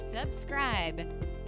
subscribe